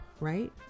right